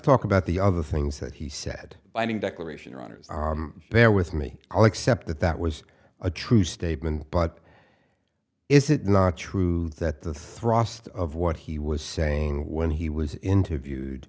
talk about the other things that he said i mean declaration runners bear with me i'll accept that that was a true statement but is it not true that the thrust of what he was saying when he was interviewed